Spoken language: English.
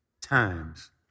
times